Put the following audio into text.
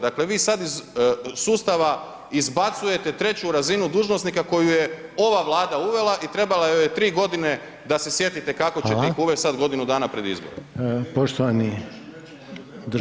Dakle, vi sad iz sustava izbacujete 3 razinu dužnosnika koju je ova Vlada uvela i trebalo joj je 3 godine da se sjetite kako ćete ih uvest sad godinu dana pred izbore.